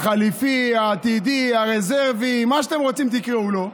החליפי, העתידי, הרזרבי, איך שאתם רוצים תקראו לו: